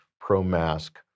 pro-mask